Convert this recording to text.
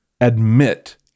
Admit